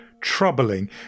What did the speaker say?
troubling